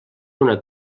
una